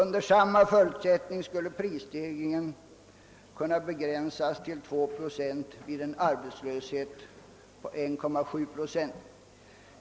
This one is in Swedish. Med samma förutsättning skulle prisstegringen kunna begränsas till 2 procent vid en arbetslöshet av 1,7 procent.